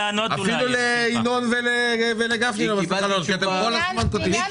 אפילו לינון ולגפני היא לא הצליחה לענות כי אתם כל הזמן קוטעים.